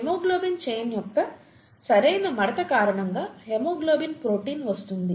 haemoglobin chain యొక్క సరైన మడత కారణంగా హిమోగ్లోబిన్ ప్రోటీన్ వస్తుంది